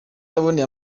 yaboneye